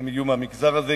יהיו מהמגזר הזה,